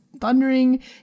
thundering